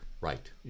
Right